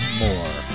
more